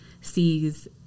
sees